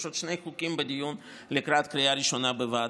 יש עוד שני חוקים בדיון לקראת קריאה ראשונה בוועדה.